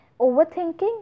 overthinking